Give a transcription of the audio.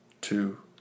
two